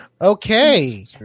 Okay